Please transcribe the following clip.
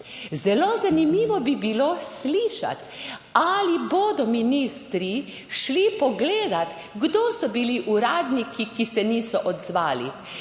Zelo zanimivo bi bilo slišati, ali bodo ministri šli pogledat, kdo so bili uradniki, ki se niso odzvali.